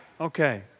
Okay